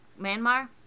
Myanmar